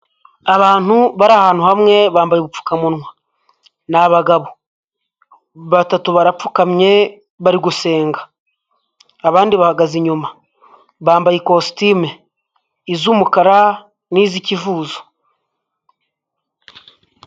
Abantu bari ahantu hamwe bambaye upfukamunwa, ni abagabo, batatu barapfukamye bari gusenga, abandi bahagaze inyuma bambaye ikositimu iz'umukara n'iz'ikivuzo.